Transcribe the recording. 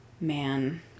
man